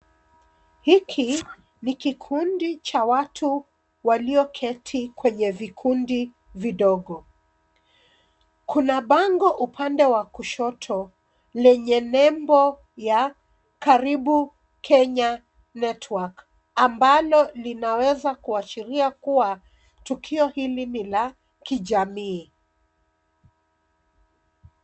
Hiki ni kikundi cha watu walioketi kweye vikundi vidogo. Kuna bango upande wa kushoto lenye nembo ya karibu Kenya network ambalo linaweza kuashiria kuwa tukio hili ni la kijamii.